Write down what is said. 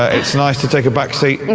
ah it's nice to take a backseat,